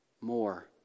More